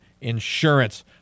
Insurance